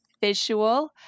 visual